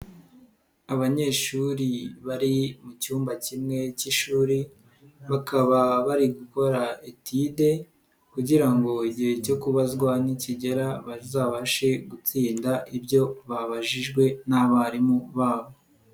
Abanyeshuri bari mu cyumba kimwe k'ishuri bakaba bari gukora etide kugira ngo igihe cyo kubazwa nikigera bazabashe gutsinda ibyo babajijwe n'abarimu babo.